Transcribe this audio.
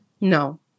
No